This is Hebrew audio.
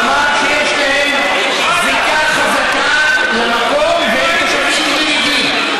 אמר שיש להם זיקה חזקה למקום והם תושבים ילידים.